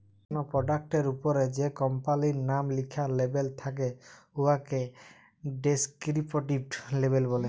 call পরডাক্টের উপরে যে কম্পালির লাম লিখ্যা লেবেল থ্যাকে উয়াকে ডেসকিরিপটিভ লেবেল ব্যলে